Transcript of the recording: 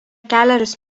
kelerius